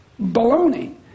baloney